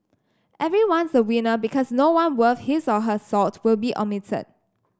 everyone's a winner because no one worth his or her salt will be omitted